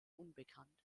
unbekannt